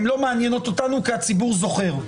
הן לא מעניינות אותנו כי הציבור זוכר.